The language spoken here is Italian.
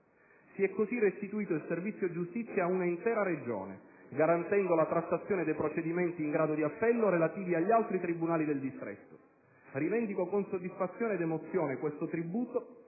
Si è così restituito il servizio giustizia a una intera Regione, garantendo la trattazione dei procedimenti in grado di appello relativi agli altri tribunali del distretto. Rivendico con soddisfazione ed emozione questo tributo